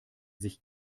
sich